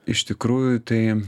iš tikrųjų tai